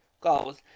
goals